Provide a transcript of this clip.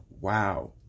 wow